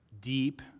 deep